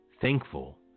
Thankful